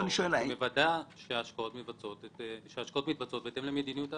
שמוודאת שההשקעות מתבצעות בהתאם למדיניות ההשקעות.